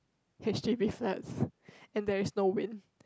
H_D_B flats and there is no wind